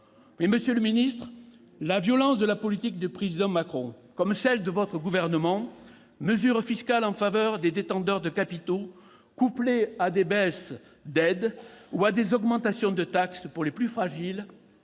Monsieur le ministre, la violence de la politique du président Macron et celle de votre gouvernement, avec des mesures fiscales en faveur des détenteurs de capitaux couplées à des baisses d'aides ou à des augmentations de taxes pour les plus fragiles,